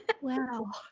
Wow